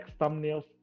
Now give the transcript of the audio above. thumbnails